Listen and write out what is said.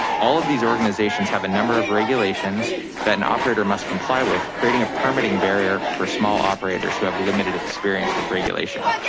all of these organizations have a number of regulations that an operator must comply with, creating a permitting barrier for small operators who have limited experience with regulation.